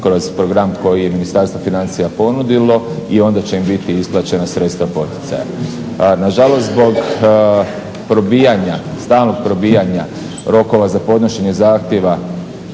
kroz program koji je ministarstvo financija ponudilo i onda će im biti isplaćena sredstva poticaja. Nažalost, zbog probijanja stalnog probijanja rokova za podnošenje zahtjeva